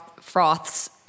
froths